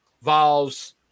involves